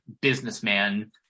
businessman